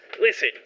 Listen